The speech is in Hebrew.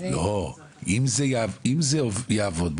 לא, אם זה יעבוד.